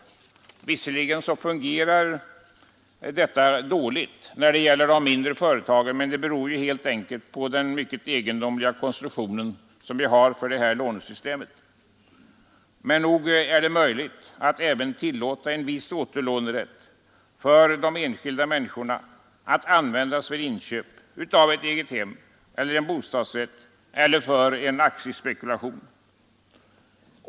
24 maj 1973 Visserligen fungerar detta mycket dåligt när det gäller de mindre —— företagen, men det beror ju helt på den egendomliga konstruktionen av Allmänna pensionsfondens förvaltning, återlånesystemet. Men nog är det möjligt att även tillåta en viss återlånerätt för den enskilda människan att användas för inköp av ett 72. 77. eget hem eller en bostadsrätt eller för aktiespekulation.